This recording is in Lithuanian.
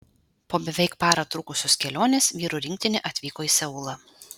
po beveik parą trukusios kelionės vyrų rinktinė atvyko į seulą